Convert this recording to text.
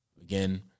again